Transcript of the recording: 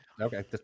Okay